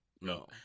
no